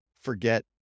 forget